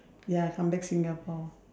ya come back singapore